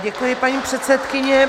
Děkuji, paní předsedkyně.